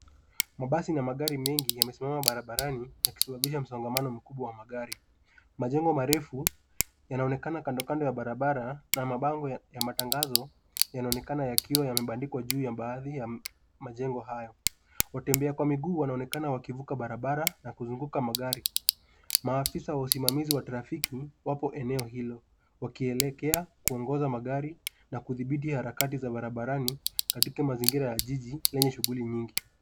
Mabasi na magari mengi yamesimama barabarani yakisababisha msongamano mkubwa wa magari. Majengo marefu yanaonekana kando kando ya barabara na mabango ya matangazo yanaonekana yakiwa yamebandikwa juu ya baadhi ya majengo hayo. Watembea kwa miguu wanaonekana wakivuka barabara na kuzunguka magari. Maafisa wa usimamizi wa trafiki wapo eneo hilo wakielekea kuogoza magari na kudhibiti harakati za barabarani katika mazingira ya jiji lenye shughuli nyingi.